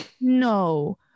no